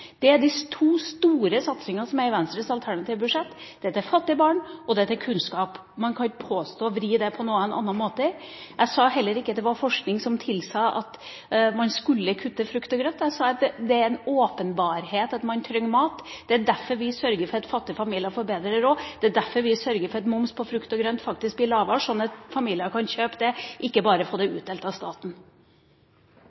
Det er de to store satsingene som er i Venstres alternative budsjett: Det er til fattige barn og det er til kunnskap. Man kan ikke vri det på noen annen måte. Jeg sa heller ikke at det var forskning som tilsa at man skulle kutte i frukt og grønt. Jeg sa at det er åpenbart at man trenger mat. Det er derfor vi sørger for at fattige familier får bedre råd, det er derfor vi sørger for at moms på frukt og grønt faktisk blir lavere slik at familier kan kjøpe det – ikke bare få det